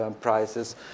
prices